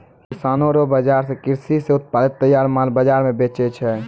किसानो रो बाजार से कृषि से उत्पादित तैयार माल बाजार मे बेचै छै